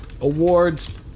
awards